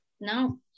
No